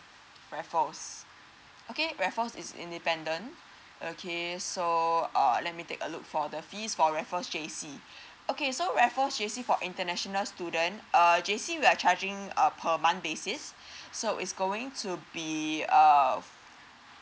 raffles okay raffles is independent okay so err let me take a look for the fees for raffles J_C okay so raffles J_C for international student err J_C we are charging uh per month basis so it's going to be uh